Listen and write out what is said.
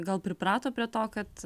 gal priprato prie to kad